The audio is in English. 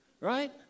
Right